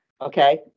okay